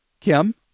Kim